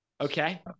Okay